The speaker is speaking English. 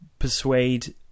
persuade